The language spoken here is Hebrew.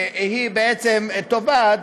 והיא בעצם תובעת,